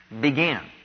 began